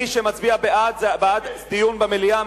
מי שמצביע בעד, זה בעד דיון במליאה.